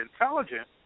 intelligent